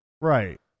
Right